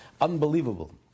unbelievable